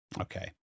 Okay